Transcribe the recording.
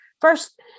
First